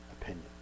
opinion